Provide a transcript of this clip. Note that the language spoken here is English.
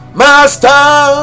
master